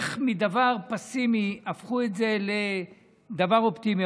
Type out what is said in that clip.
מדבר פסימי הפכו את זה לדבר אופטימי.